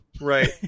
Right